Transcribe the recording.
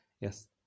Yes